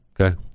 okay